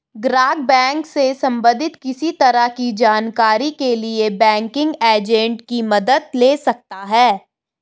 ग्राहक बैंक से सबंधित किसी तरह की जानकारी के लिए बैंकिंग एजेंट की मदद ले सकता है